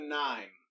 nine